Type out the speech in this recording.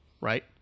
right